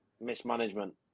mismanagement